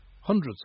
hundreds